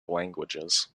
languages